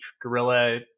gorilla